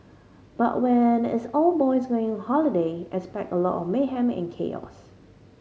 but when it's all boys going on holiday expect a lot of mayhem and chaos